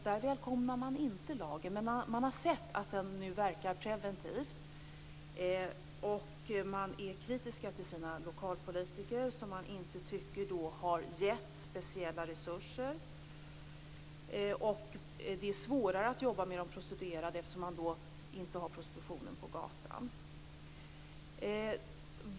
Där välkomnar man inte lagen, men man har sett att den nu verkar preventivt. Man är kritisk till sina lokalpolitiker, som man inte tycker har givit speciella resurser. Det är svårare att jobba med de prostituerade eftersom man inte har prostitutionen på gatan.